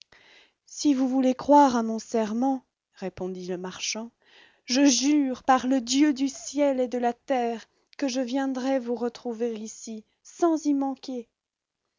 si vous voulez croire à mon serment répondit le marchand je jure par le dieu du ciel et de la terre que je viendrai vous retrouver ici sans y manquer